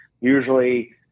usually